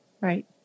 Right